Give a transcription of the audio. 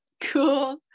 Cool